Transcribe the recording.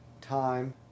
time